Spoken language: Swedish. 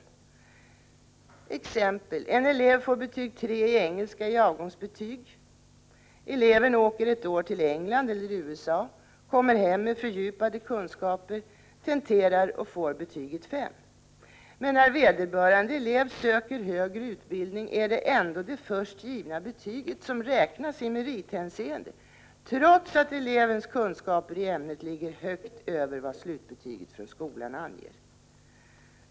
Ett exempel: En elev får betyg 3 i engelska i avgångsbetyg. Eleven åker ett år till England eller USA, kommer hem med fördjupade kunskaper, tenterar — Prot. 1985/86:32 och får betyg 5. Men när vederbörande elev söker högre utbildning är det 20 november 1985 ändå det först givna betyget som räknas i merithänseende, trots att elevens Grundskolefrågor””" kunskaper i ämnet ligger högt över vad slutbetyget från skolan anger.